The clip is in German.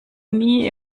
nie